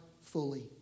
fully